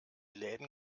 läden